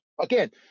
Again